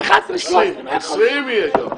20 יהיה.